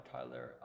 Tyler